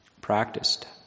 practiced